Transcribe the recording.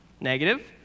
negative